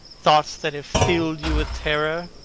thoughts that have filled you with terror,